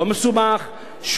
לא מסובך,